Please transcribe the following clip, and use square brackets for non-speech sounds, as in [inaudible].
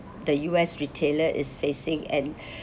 the U_S retailer is facing and [breath]